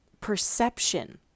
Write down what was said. perception